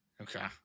Okay